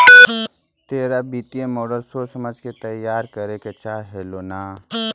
तोरा वित्तीय मॉडल सोच समझ के तईयार करे के चाह हेलो न